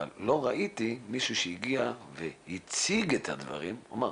לא ראיתי מישהו שהגיע והציג את הדברים ואמר,